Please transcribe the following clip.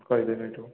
କହିଦେବି ଏଇଠୁ